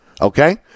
Okay